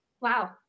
Wow